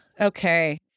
Okay